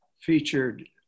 featured